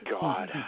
God